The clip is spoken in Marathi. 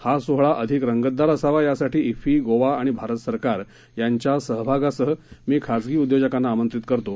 हा सोहळा अधिक रंगतदार असावा यासाठी फी गोवा आणि भारत सरकार यांच्या सहभागासह मी खासगी उद्योजकांना आमंत्रित करतो